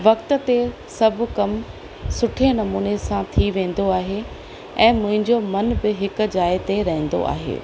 वक़्त ते सभु कमु सुठे नमूने सां थी वेंदो आहे ऐं मुंहिंजो मनु बि हिकु जाइ ते रहंदो आहे